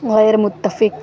غیرمتفق